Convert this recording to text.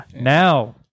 Now